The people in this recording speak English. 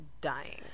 dying